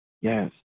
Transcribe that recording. Yes